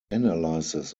analysis